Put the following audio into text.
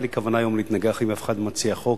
אין לי כוונה היום להתנגח עם אף אחד ממציעי החוק,